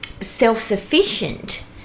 self-sufficient